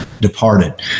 departed